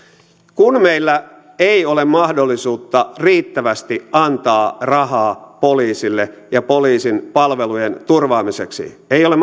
kun meillä ei ole mahdollisuutta riittävästi antaa rahaa poliisille ja poliisin palvelujen turvaamiseksi ei ole